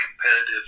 competitive